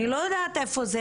אני לא יודעת איפה זה